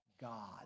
God